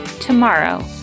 tomorrow